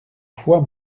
fois